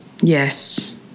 Yes